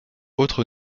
autre